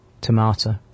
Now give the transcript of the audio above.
Tomato